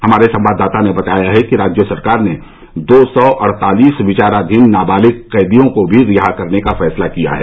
हमारे संवाददाता ने बताया है कि राज्य सरकार ने दो सौ अड़तालीस विचाराधीन नाबालिग कैदियों को भी रिहा करने का फैसला किया है